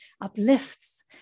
uplifts